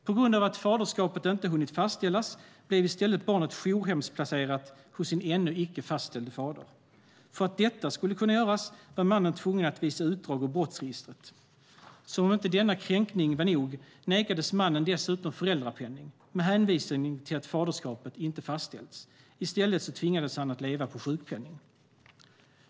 På grund av att faderskapet inte hunnit fastställas blev i stället barnet jourhemsplacerat hos sin ännu icke fastställde far. För att detta skulle kunna göras var mannen tvungen att visa utdrag ur brottsregistret. Som om inte denna kränkning var nog nekades mannen dessutom föräldrapenning, med hänvisning till att faderskapet inte fastställts. I stället tvingades han leva på sjukpenning.